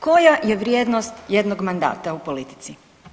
koja je vrijednost jednog mandata u politici?